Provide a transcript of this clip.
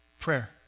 Prayer